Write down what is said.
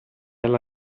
alla